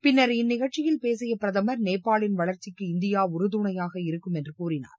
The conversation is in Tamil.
பின்னர் இந்நிகழ்ச்சியில் பேசிய பிரதமர் நேபாளின் வளர்ச்சிக்கு இந்தியா உறுதுணையாக இருக்கும் என்று கூறினார்